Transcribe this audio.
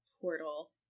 portal